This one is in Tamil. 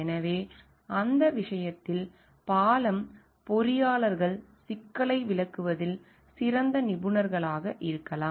எனவே அந்த விஷயத்தில் பாலம் பொறியாளர்கள் சிக்கலை விளக்குவதில் சிறந்த நிபுணர்களாக இருக்கலாம்